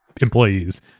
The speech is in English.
employees